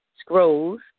Scrolls